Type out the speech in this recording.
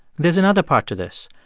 there's another part to this.